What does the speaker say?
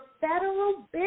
Federal